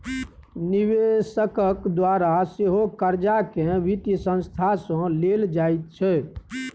निवेशकक द्वारा सेहो कर्जाकेँ वित्तीय संस्था सँ लेल जाइत छै